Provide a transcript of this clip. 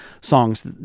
songs